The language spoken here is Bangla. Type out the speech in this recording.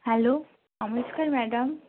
হ্যালো নমস্কার ম্যাডাম